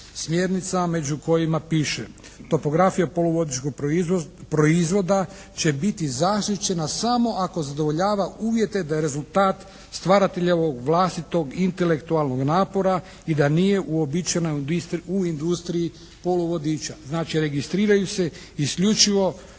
smjernicama među kojima piše topografija poluvodičkog proizvoda će biti zasićena samo ako zadovoljava uvjete da je rezultat stvaratelja ovog vlastitog intelektualnog napora i da nije uobičajena u industriji poluvodiča. Znači registriraju se isključivo